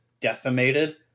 decimated